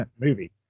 movie